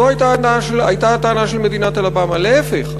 זאת הייתה הטענה של מדינת אלבמה: להפך,